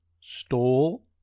stole